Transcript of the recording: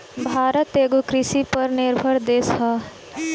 भारत एगो कृषि पर निर्भर देश ह